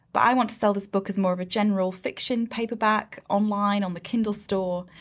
but i want to sell this book as more of a general fiction paperback online on the kindle store.